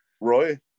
Roy